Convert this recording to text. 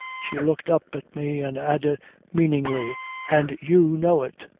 she looked up at me and added meaningly and you know it.